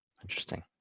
Interesting